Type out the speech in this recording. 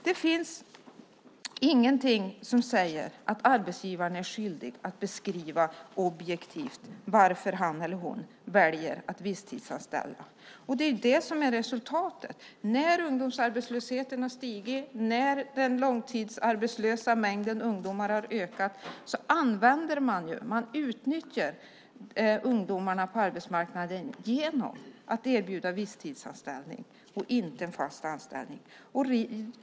Det finns inte någonting som säger att arbetsgivaren är skyldig att objektivt beskriva varför han eller hon väljer att visstidsanställa. Det är ju det som är resultatet. När ungdomsarbetslösheten har stigit och när mängden långtidsarbetslösa ungdomar har ökat utnyttjar man ungdomarna på arbetsmarknaden genom att erbjuda visstidsanställning, inte fast anställning.